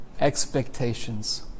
expectations